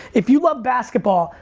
if you love basketball,